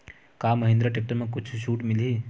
का महिंद्रा टेक्टर म कुछु छुट मिलही?